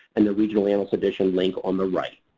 and the regional analyst edition link on the right.